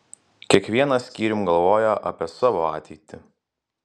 kiekvienas skyrium galvoja apie savo ateitį